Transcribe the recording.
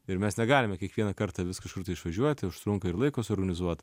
ir mes negalime kiekvieną kartą vis kažkur tai išvažiuoti užtrunka ir laiko suorganizuot